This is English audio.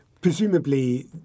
Presumably